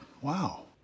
wow